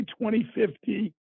2050